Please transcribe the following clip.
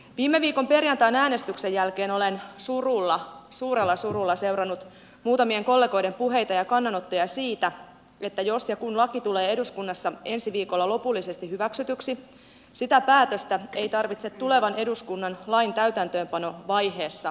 viime viikon perjantain äänestyksen jälkeen olen suurella surulla seurannut muutamien kollegoiden puheita ja kannanottoja siitä että jos ja kun laki tulee eduskunnassa ensi viikolla lopullisesti hyväksytyksi sitä päätöstä ei tarvitse tulevan eduskunnan lain täytäntöönpanovaiheessa noudattaa